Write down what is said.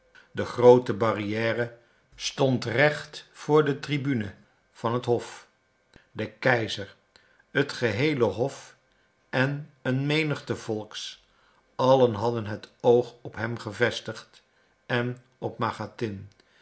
de groote barrière stond recht voor de tribune van het hof de keizer het geheele hof en een menigte volks allen hadden het oog op hem gevestigd en op machatin